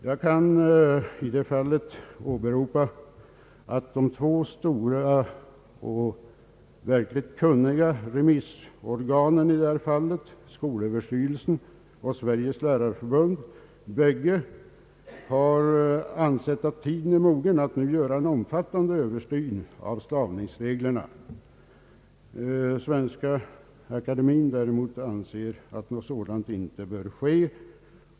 Jag vill i detta fall åberopa att de två stora och verkligt kunniga remissorganen, nämligen skolöverstyrelsen och Sveriges lärarförbund, båda har ansett att tiden nu är mogen att göra en omfattande översyn av stavningsreglerna. Svenska akademien däremot anser att en sådan översyn inte bör ske.